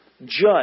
judge